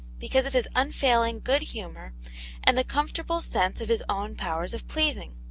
because of his unfailing good humour and the comfortable sense of his own powers of pleasing,